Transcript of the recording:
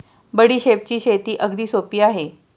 बडीशेपची शेती अगदी सोपी आहे